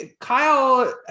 Kyle